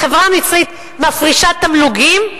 החברה המצרית מפרישה תמלוגים?